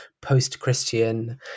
post-Christian